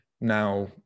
now